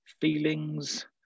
feelings